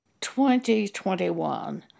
2021